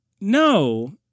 no